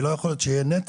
ולא יכול להיות שיהיה נתק